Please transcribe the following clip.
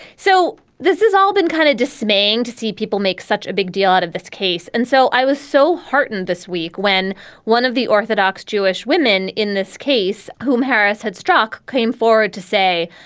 so this is all been kind of dismaying to see people make such a big deal out of this case. and so i was so heartened this week when one of the orthodox jewish women in this case, whom harris had struck, came forward to say,